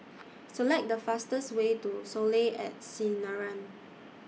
Select The fastest Way to Soleil At Sinaran